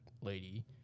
lady